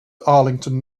arlington